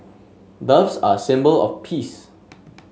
doves are a symbol of peace